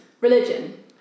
Religion